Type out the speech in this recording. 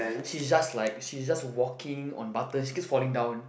she is just like she is just walking on butter she keeps falling down